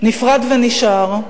נפרד ונשאר,